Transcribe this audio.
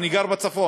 אני גר בצפון,